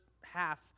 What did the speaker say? half